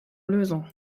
lösung